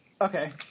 Okay